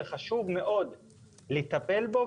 וחשוב מאוד לטפל בו.